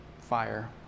fire